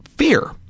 fear